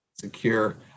secure